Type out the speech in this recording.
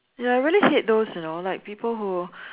ya I really hate those you know like people who